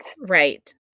Right